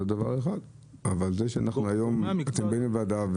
דבר אחד אבל זה שהיום אתם באים לוועדה,